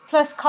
Plus